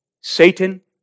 Satan